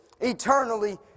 eternally